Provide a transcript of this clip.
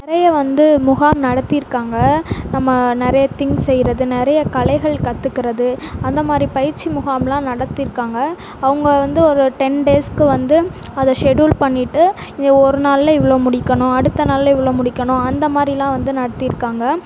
நிறைய வந்து முகாம் நடத்திருக்காங்க நம்ம நிறைய திங்க்ஸ் செய்கிறது நிறைய கலைகள் கத்துக்கிறது அந்த மாதிரி பயிற்சி முகாம்லாம் நடத்தியிருக்காங்க அவங்க வந்து ஒரு டென் டேஸுக்கு வந்து அதை ஷெடுல் பண்ணிவிட்டு இதை ஒரு நாளில் இவ்வளோ முடிக்கணும் அடுத்த நாளில் இவ்வளோ முடிக்கணும் அந்த மாதிரிலாம் வந்து நடத்திருக்காங்க